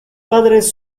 padres